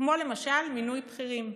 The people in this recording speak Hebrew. כמו למשל מינוי בכירים: